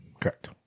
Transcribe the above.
correct